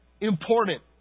important